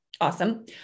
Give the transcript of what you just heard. awesome